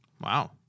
Wow